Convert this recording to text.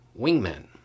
wingmen